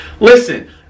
Listen